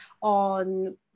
on